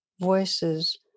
voices